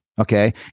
Okay